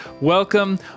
Welcome